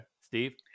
Steve